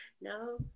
No